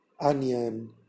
onion